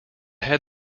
had